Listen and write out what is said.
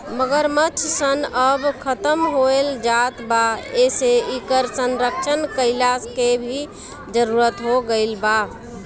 मगरमच्छ सन अब खतम होएल जात बा एसे इकर संरक्षण कईला के भी जरुरत हो गईल बा